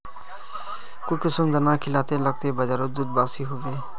काई किसम दाना खिलाले लगते बजारोत दूध बासी होवे?